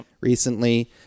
recently